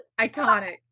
iconic